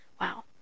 Wow